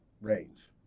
range